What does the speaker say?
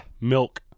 milk